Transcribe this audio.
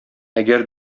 әгәр